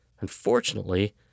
Unfortunately